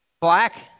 Black